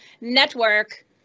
Network